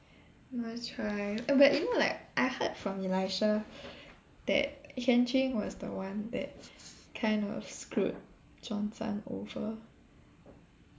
try but you know like I heard from Elisha that Hian Ching was the one that kind of screwed Johnson over